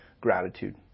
gratitude